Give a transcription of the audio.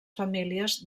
famílies